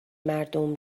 مردم